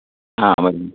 आं